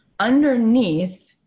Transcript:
underneath